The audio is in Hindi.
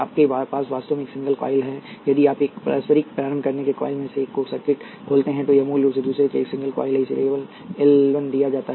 आपके पास वास्तव में एक सिंगल कॉइल है यदि आप एक पारस्परिक प्रारंभ करनेवाला के कॉइल में से एक को सर्किट खोलते हैं तो यह मूल रूप से दूसरे के अनुरूप एक सिंगल कॉइल है इसलिए एल 1 दिया जाता है